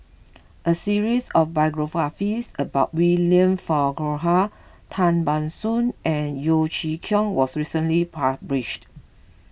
a series of biographies about William Farquhar Tan Ban Soon and Yeo Chee Kiong was recently published